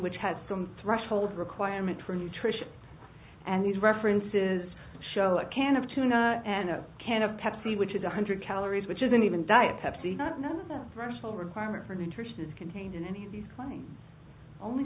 which has some threshold requirement for nutrition and these references show a can of tuna and a can of pepsi which is one hundred calories which isn't even diet pepsi not no rational requirement for nutrition is contained in any of these claims only